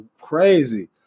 crazy